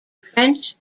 french